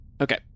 Okay